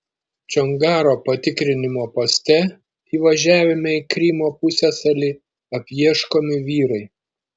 čongaro patikrinimo poste įvažiavime į krymo pusiasalį apieškomi vyrai